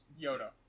Yoda